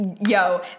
Yo